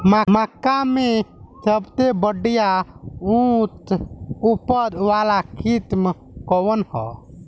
मक्का में सबसे बढ़िया उच्च उपज वाला किस्म कौन ह?